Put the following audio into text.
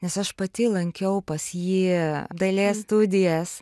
nes aš pati lankiau pas jį dailės studijas